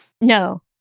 No